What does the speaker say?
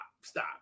Stop